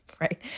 right